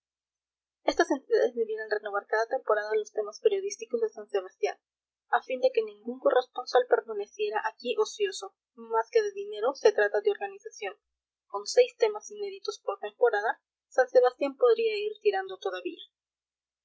estas entidades debieran renovar cada temporada los temas periodísticos de san sebastián a fin de que ningún corresponsal permaneciera aquí ocioso más que de dinero se trata de organización con seis temas inéditos por temporada san sebastián podría ir tirando todavía